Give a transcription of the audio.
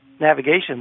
navigation